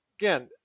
again